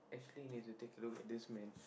actually need to take a look at this man